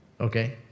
Okay